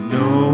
no